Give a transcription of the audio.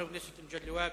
חבר הכנסת מגלי והבה,